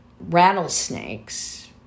rattlesnakes